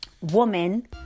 woman